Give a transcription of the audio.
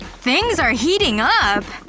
things are heating up. ah,